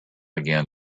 again